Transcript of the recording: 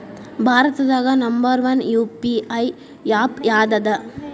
ಭಾರತದಾಗ number one UPI app ಯಾವದದ